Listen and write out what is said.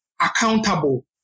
accountable